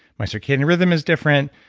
my circadian rhythm is different,